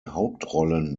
hauptrollen